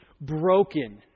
broken